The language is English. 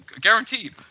guaranteed